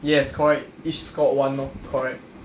yes correct each scored one lor correct